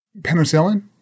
penicillin